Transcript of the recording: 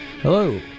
Hello